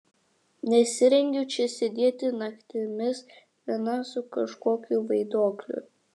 nesirengiu čia sėdėti naktimis viena su kažkokiu vaiduokliu